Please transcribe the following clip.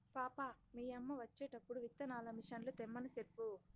పాపా, మీ యమ్మ వచ్చేటప్పుడు విత్తనాల మిసన్లు తెమ్మని సెప్పు